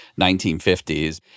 1950s